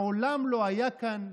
מעולם לא היה כאן,